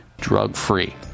drug-free